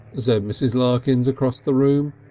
said mrs. larkins across the room.